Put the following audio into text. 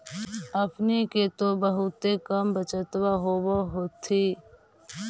अपने के तो बहुते कम बचतबा होब होथिं?